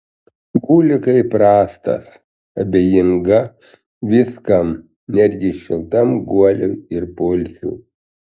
guli kaip rąstas abejinga viskam netgi šiltam guoliui ir poilsiui